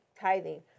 tithing